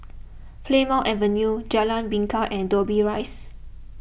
Plymouth Avenue Jalan Bingka and Dobbie Rise